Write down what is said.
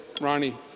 Ronnie